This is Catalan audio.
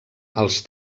als